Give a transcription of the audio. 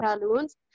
balloons